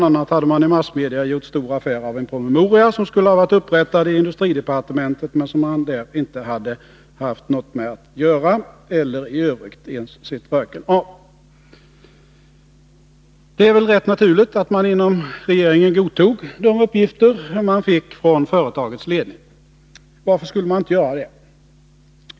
a. hade man i massmedia gjort stor affär av en promemoria som skulle ha varit upprättad i industridepartementet men som man där inte hade haft något med att göra eller i övrigt ens sett röken av. Det är väl rätt naturligt att man inom regeringen godtog de uppgifter man fick från företagets ledning. Varför skulle man inte göra det?